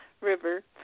river